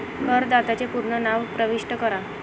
करदात्याचे पूर्ण नाव प्रविष्ट करा